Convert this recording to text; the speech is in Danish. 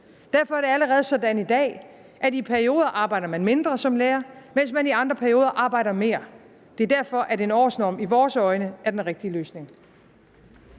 Derfor er det allerede sådan i dag, at man som lærer i perioder arbejder mindre, mens man i andre perioder arbejde mere. Det er derfor, at en årsnorm i vores øjne er den rigtige løsning.